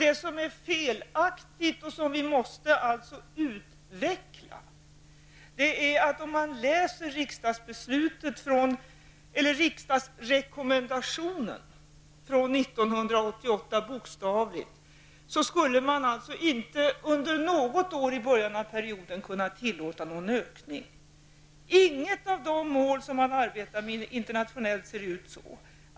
Det som är felaktigt och som vi alltså måste utveckla är att man om man bokstavligt följer riksdagsrekommendationen från 1988 inte under något år i början av perioden skulle kunna tillåta någon ökning. Inget av de mål man arbetar med internationellt ser ut så.